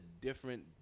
different